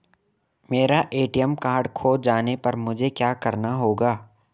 मेरा ATM card खो जाने पर मुझे क्या करना होगा?